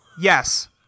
yes